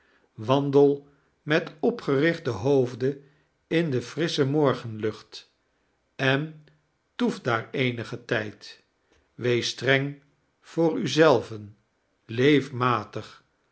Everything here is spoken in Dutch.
wandel met opgerichten hoofde in de frissche morgenlucht en toef daar eenigen tijd wees streng voor u zelven leef